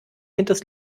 hinters